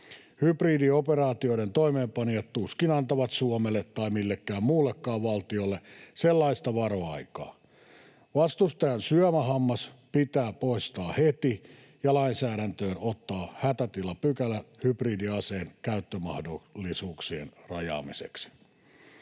Hybridioperaatioiden toimeenpanijat tuskin antavat Suomelle tai millekään muullekaan valtiolle sellaista varoaikaa. Vastustajan syömähammas pitää poistaa heti ja lainsäädäntöön ottaa hätätilapykälä hybridiaseen käyttömahdollisuuksien rajaamiseksi.